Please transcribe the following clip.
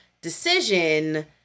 decision